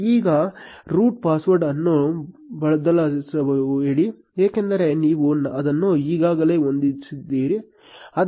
ಈಗ root password ಅನ್ನು ಬದಲಾಯಿಸಬೇಡಿ ಏಕೆಂದರೆ ನೀವು ಅದನ್ನು ಈಗಾಗಲೇ ಹೊಂದಿಸಿದ್ದೀರಿ